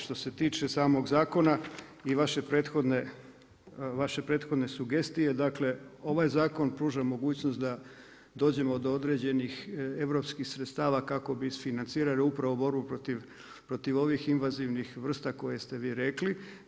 Što se tiče samog zakona i vaše prethodne sugestije, dakle, ovaj zakon pruža mogućnost da dođemo do određenih europskih sredstava, kako bi isfinancirali upravo borbu protiv ovih invazivnih vrsta koje ste vi rekli.